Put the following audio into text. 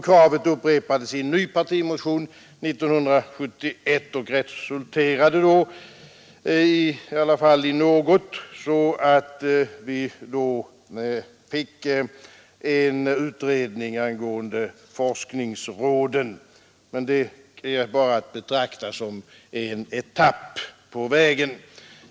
Kravet upprepades i en ny partimotion 1971 och resulterade då i alla fall i något, så att vi fick en utredning angående forskningsråden — men det är bara att betrakta som en etapp på vägen.